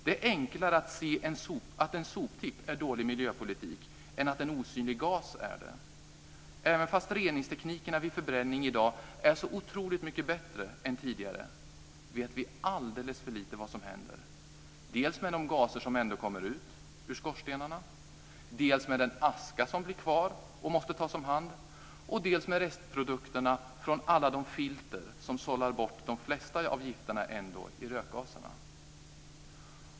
Det är enklare att se att en soptipp är dålig miljöpolitik än att en osynlig gas är det. Även fast reningsteknikerna vid förbränning i dag är så otroligt mycket bättre än tidigare vet vi alldeles för lite om vad som händer dels med de gaser som ändå kommer ut ur skorstenarna, dels med den aska som blir kvar och måste tas om hand, dels med restprodukterna från alla de filter som ändå sållar bort de flesta av gifterna i rökgaserna.